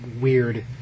weird